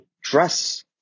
dress